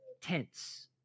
tense